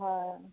হয়